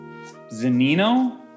Zanino